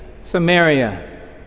Samaria